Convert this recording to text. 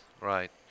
right